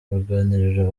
ruganiriro